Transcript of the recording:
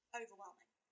overwhelming